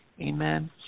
Amen